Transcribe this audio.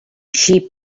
she